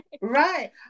Right